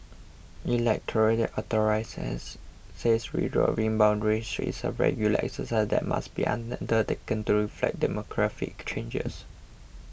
electoral says says redrawing boundaries is a regular exercise that must be undertaken to reflect demographic changes